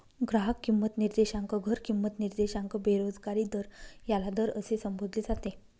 ग्राहक किंमत निर्देशांक, घर किंमत निर्देशांक, बेरोजगारी दर याला दर असे संबोधले जाते